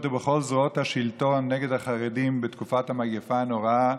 ובכל זרועות השלטון נגד החרדים בתקופת המגפה הנוראה,